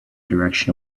direction